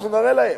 אנחנו נראה להם.